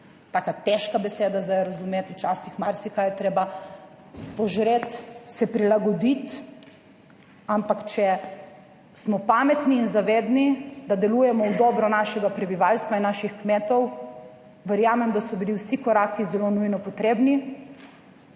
taka težka beseda za razumeti včasih. Marsikaj je treba požreti, se prilagoditi. Ampak če smo pametni in zavedni, da delujemo v dobro našega prebivalstva in naših kmetov, verjamem, da so bili vsi koraki zelo nujno potrebni